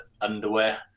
underwear